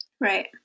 Right